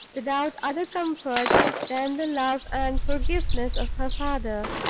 without other comfort than the love and forgiveness of her father,